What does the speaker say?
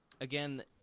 again